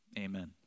Amen